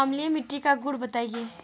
अम्लीय मिट्टी का गुण बताइये